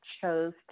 chose